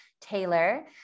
Taylor